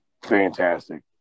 Fantastic